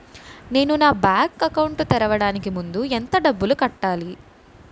నేను నా bank account తెరవడానికి ముందు ఎంత డబ్బులు కట్టాలి?